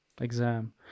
exam